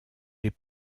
les